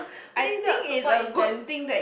I think that was super intense